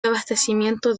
abastecimiento